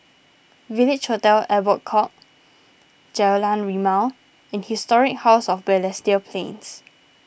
Village Hotel Albert Court Jalan Rimau and Historic House of Balestier Plains